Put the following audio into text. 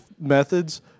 methods